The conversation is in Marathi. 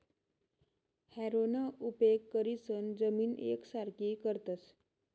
हॅरोना उपेग करीसन जमीन येकसारखी करतस